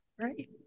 Right